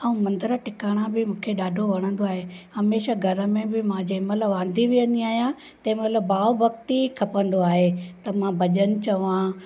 ऐं मंदरु टिकाणा बि मूंखे ॾाढो वणंदो आहे हमेशा घर में बि मां जंहिंमहिल वांदी वेहंदी आहियां तंहिंमहिल भाव भक्ति ई खपंदो आहे त मां भॼनु चवां